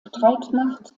streitmacht